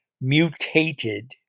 mutated